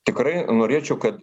tikrai norėčiau kad